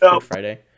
Friday